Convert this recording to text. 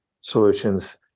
solutions